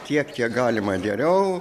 tiek kiek galima geriau